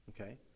Okay